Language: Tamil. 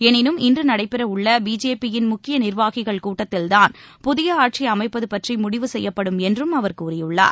எளினும் இன்று நடைபெறவுள்ள பிஜேபியின் முக்கிய நிர்வாகிகள் கூட்டத்தில்தான் புதிய ஆட்சி அமைப்பது பற்றி முடிவு செய்யப்படும் என்றும் அவர் கூறியுள்ளார்